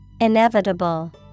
Inevitable